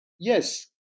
Yes